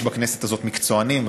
יש בכנסת הזאת מקצוענים,